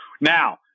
Now